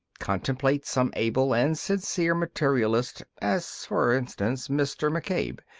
contemplate some able and sincere materialist, as, for instance, mr. mccabe,